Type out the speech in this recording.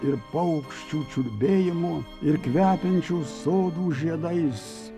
ir paukščių čiulbėjimu ir kvepiančių sodų žiedais